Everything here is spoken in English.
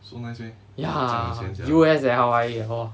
ya U_S at hawaii eh !whoa!